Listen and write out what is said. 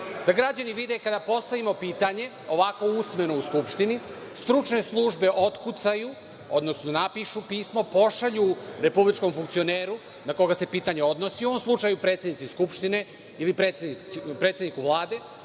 Da građani vide kada postavimo pitanje, ovako usmeno u Skupštini, stručne službe otkucaju, odnosno napišu pismo, pošalju republičkom funkcioneru, na koga se pitanje odnosi, u ovom slučaju predsednici Skupštine ili predsedniku Vlade